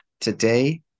Today